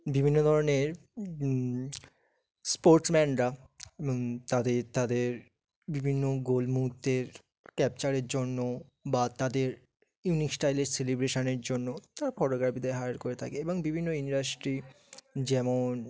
বিভিন্ন ধরনের স্পোর্টসম্যানরা এবং তাদের তাদের বিভিন্ন গোল মুহুর্তের ক্যাপচারের জন্য বা তাদের ইউনিক স্টাইলের সেলিব্রেশনের জন্য তারা ফটোগ্রাফিদের হায়ার করে থাকে এবং বিভিন্ন ইন্ডাস্ট্রি যেমন